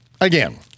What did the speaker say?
again